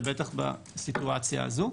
ובטח בסיטואציה הזו.